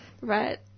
Right